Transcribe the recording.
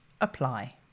apply